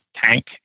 tank